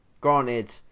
granted